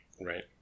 Right